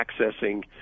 accessing